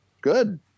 Good